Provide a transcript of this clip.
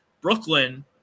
Brooklyn